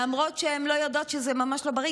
למרות שהן לא יודעות שזה ממש לא בריא.